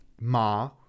Ma